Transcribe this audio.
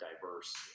diverse